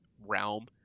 realm